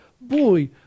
boy